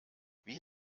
wie